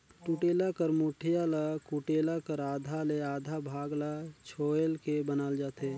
कुटेला कर मुठिया ल कुटेला कर आधा ले आधा भाग ल छोएल के बनाल जाथे